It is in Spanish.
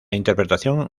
interpretación